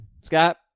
Scott